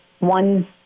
one